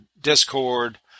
Discord